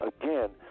Again